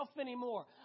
anymore